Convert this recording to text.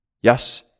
Yes